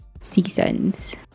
seasons